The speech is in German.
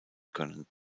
können